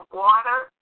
water